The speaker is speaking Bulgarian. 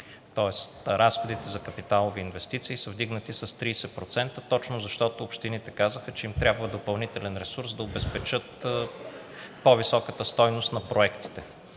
Тоест разходите за капиталови инвестиции са вдигнати с 30%, точно защото общините казаха, че им трябва допълнителен ресурс да обезпечат по-високата стойност на проектите.